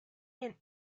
and